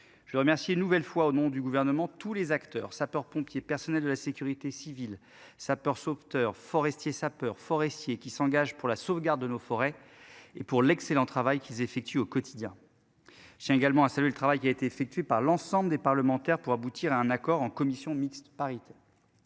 veux remercier une nouvelle fois au nom du gouvernement, tous les acteurs, sapeurs-pompiers, personnels de la sécurité civile. Sapeurs-sauveteurs forestiers sapeurs forestiers qui s'engage pour la sauvegarde de nos forêts et pour l'excellent travail qu'ils effectuent au quotidien. Je tiens également à saluer le travail qui a été effectué par l'ensemble des parlementaires pour aboutir à un accord en commission mixte paritaire.